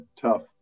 tough